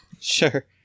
Sure